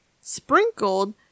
sprinkled